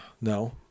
No